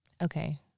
Okay